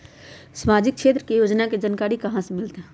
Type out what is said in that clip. सामाजिक क्षेत्र के योजना के जानकारी कहाँ से मिलतै?